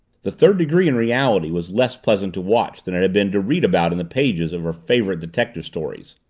the third degree in reality was less pleasant to watch than it had been to read about in the pages of her favorite detective stories.